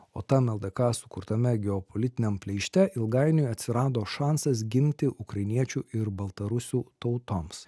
o tam ldk sukurtame geopolitiniam pleište ilgainiui atsirado šansas gimti ukrainiečių ir baltarusių tautoms